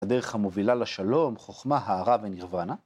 בדרך המובילה לשלום, חוכמה, הארה ונירוונה.